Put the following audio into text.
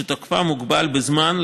שתוקפה מוגבל בזמן,